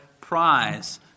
prize